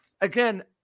again